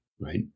right